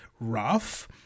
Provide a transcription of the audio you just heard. rough